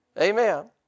Amen